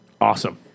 Awesome